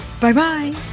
bye-bye